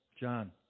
John